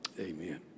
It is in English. Amen